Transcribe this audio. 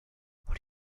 what